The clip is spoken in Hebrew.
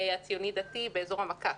בצירוף של "הציוני-דתי" באזור המקף.